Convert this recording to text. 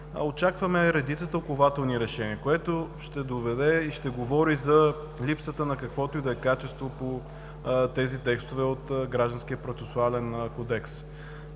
очакваме редица тълкувателни решения, което ще говори за липсата на каквото и да е качество на тези текстове от Гражданския процесуален кодекс.